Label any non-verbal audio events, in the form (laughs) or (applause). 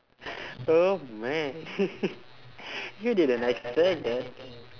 oh man (laughs) you didn't expect that